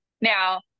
Now